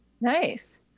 Nice